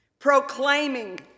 proclaiming